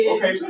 Okay